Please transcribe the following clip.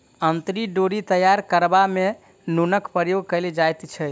अंतरी डोरी तैयार करबा मे नूनक प्रयोग कयल जाइत छै